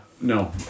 No